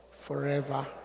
forever